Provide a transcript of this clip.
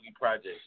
project